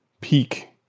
peak